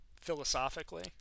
philosophically